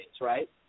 right